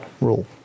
rule